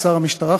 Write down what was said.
שר המשטרה,